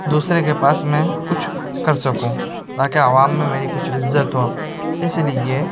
دوسرے کے پاس میں کچھ کر سکوں تاکہ عوام میں میری کچھ عزت ہو اِس لیے